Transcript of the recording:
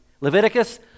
Leviticus